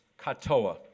katoa